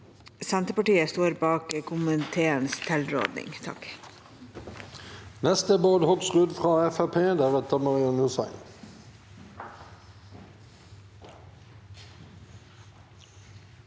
Senterpartiet står bak komiteens tilråding. Bård